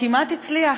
כמעט הצליח.